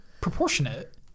proportionate